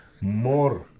more